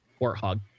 Warthog